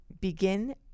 begin